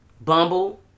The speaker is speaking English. bumble